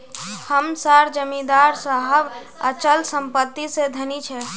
हम सार जमीदार साहब अचल संपत्ति से धनी छे